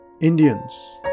Indians